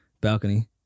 balcony